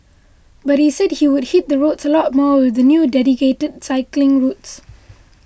but he said he would hit the roads a lot more with the new dedicated cycling routes